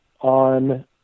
on